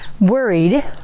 worried